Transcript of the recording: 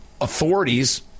authorities